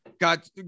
Got